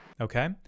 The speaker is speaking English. okay